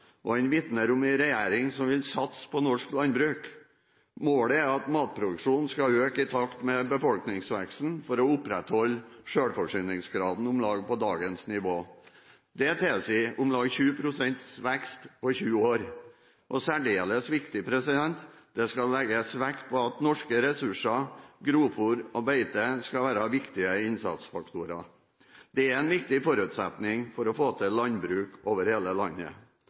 om en regjering som vil satse på norsk landbruk. Målet er at matproduksjonen skal øke i takt med befolkningsveksten for å opprettholde selvforsyningsgraden på om lag dagens nivå. Det tilsier om lag 20 pst. vekst på 20 år. Det er særdeles viktig at det skal legges vekt på at norske ressurser, grovfôr og beite skal være viktige innsatsfaktorer. Det er en viktig forutsetning for å få til landbruk over hele landet.